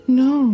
no